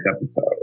episode